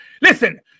listen